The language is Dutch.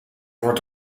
wordt